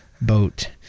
boat